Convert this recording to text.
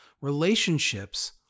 Relationships